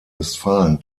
westfalen